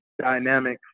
dynamic